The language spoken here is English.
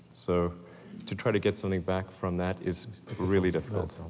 so to try to get something back from that is really difficult,